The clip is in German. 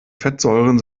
fettsäuren